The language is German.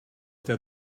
der